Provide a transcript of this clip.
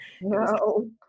No